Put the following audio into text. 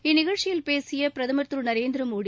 இந்நிகழ்ச்சியில் பேசிய பிரதமர் திரு நரேந்திர மோடி